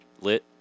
Lit